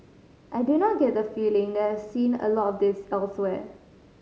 I do not get the feeling that I have seen a lot of this elsewhere